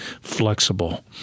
flexible